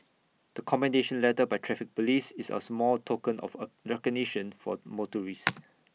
the commendation letter by traffic Police is our small token of A recognition for motorists